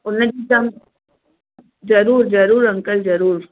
उन जी दाल ज़रूरु ज़रूरु अंकल ज़रूरु